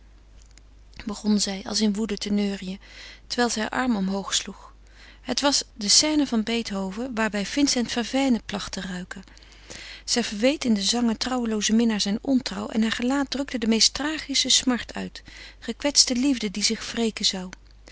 begon zij als in woede te neuriën terwijl zij haar arm omhoog sloeg het was de scène van beethoven waarbij vincent verveine placht te ruiken zij verweet in den zang een trouweloozen minnaar zijn ontrouw en heur gelaat drukte de meest tragische smart uit gekwetste liefde die zich wreken zou